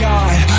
God